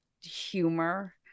humor